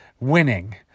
winning